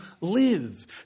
live